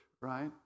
right